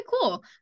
cool